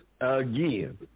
again